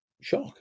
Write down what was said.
shock